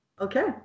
Okay